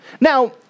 Now